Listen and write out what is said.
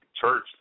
church